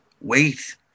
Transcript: wait